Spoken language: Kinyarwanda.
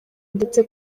ndetse